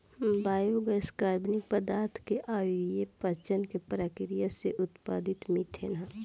biogas कार्बनिक पदार्थ के अवायवीय पाचन के प्रक्रिया से उत्पादित मिथेन ह